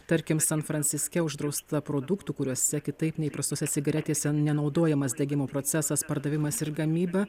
tarkim san franciske uždrausta produktų kuriuose kitaip nei įprastose cigaretėse nenaudojamas degimo procesas pardavimas ir gamyba